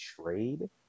trade